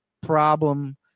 problem